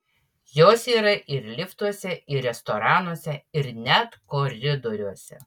jos yra ir liftuose ir restoranuose ir net koridoriuose